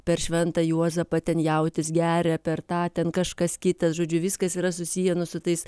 per šventą juozapą ten jautis geria per tą ten kažkas kitas žodžiu viskas yra susiję nu su tais